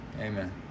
amen